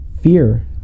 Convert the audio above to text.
Fear